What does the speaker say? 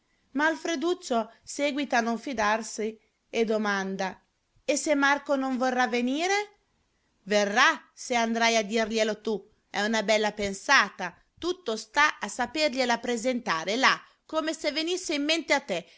mendicanti ma alfreduccio seguita a non fidarsi e domanda e se marco non vorrà venire verrà se andrai a dirglielo tu è una bella pensata tutto sta a sapergliela presentare là come se venisse in mente a te